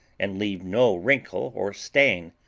and leave no wrinkle or stain?